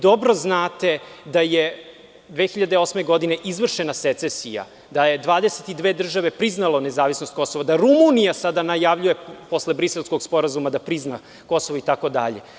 Dobro znate da je 2008. godine izvršena secesija, da je 22 države priznalo nezavisnost Kosova, da Rumunija sada najavljuje, posle Briselskog sporazuma, da će da prizna Kosovo itd.